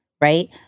right